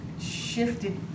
shifted